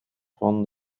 van